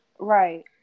right